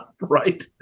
Right